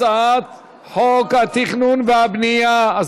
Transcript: הצעת חוק התכנון והבנייה (תיקון,